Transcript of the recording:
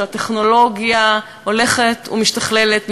כשהטכנולוגיה הולכת ומשתכללת,